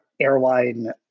Airline